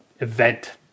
event